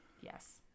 yes